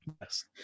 yes